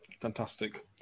Fantastic